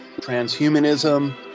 Transhumanism